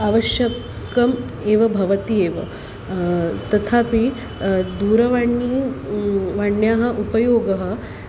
आवश्यकम् एव भवति एव तथापि दूरवाणी दूरवाण्याः उपयोगः